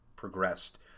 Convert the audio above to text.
progressed